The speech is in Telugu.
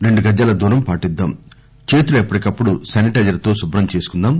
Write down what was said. రెండు గజాల దూరం పాటిద్దాంచేతులు ఎప్పటికప్పుడు శానిటైజర్తో శుభ్రం చేసుకుందాం